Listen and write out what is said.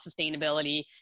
sustainability